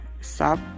stop